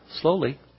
slowly